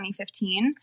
2015